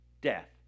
death